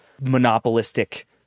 monopolistic